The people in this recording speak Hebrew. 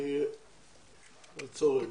אני אעצור רגע.